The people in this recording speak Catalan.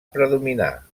predominar